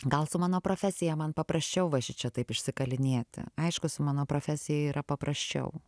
gal su mano profesija man paprasčiau va šičia taip išsikalinėti aišku su mano profesija yra paprasčiau